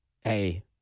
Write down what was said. hey